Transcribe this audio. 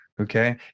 Okay